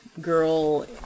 girl